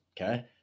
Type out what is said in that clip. okay